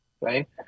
right